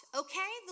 okay